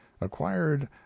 acquired